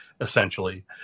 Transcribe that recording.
essentially